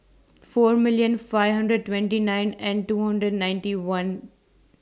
four million five hundred twenty nine and two hundred ninety one